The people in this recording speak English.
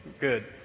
good